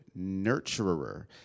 nurturer